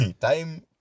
time